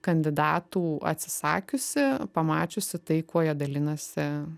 kandidatų atsisakiusi pamačiusi tai kuo jie dalinasi